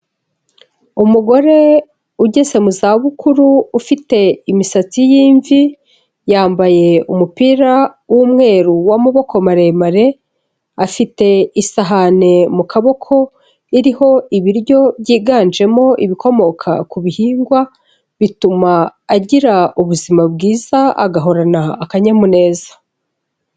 Umugore ugeze mu zabukuru ufite imisatsi y'imvi, yambaye umupira w'umweru w'amaboko maremare, afite isahani mu kaboko iriho ibiryo byiganjemo ibikomoka ku bihingwa, bituma agira ubuzima bwiza agahorana akanyamuneza.